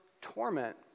torment